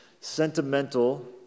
sentimental